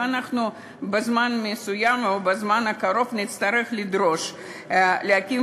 ואנחנו בזמן הקרוב נצטרך לדרוש להקים